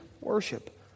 worship